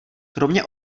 kromě